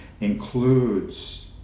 includes